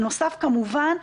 כמובן,